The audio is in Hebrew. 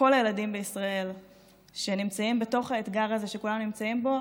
כל הילדים בישראל שנמצאים בתוך האתגר הזה שכולנו נמצאים בו,